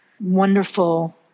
wonderful